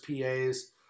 PAs